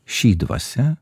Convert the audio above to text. ši dvasia